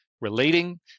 relating